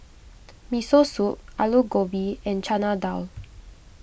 Miso Soup Alu Gobi and Chana Dal